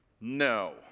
No